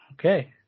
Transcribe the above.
Okay